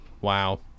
Wow